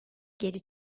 geri